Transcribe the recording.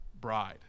bride